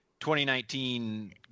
2019